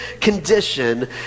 condition